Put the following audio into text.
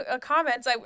comments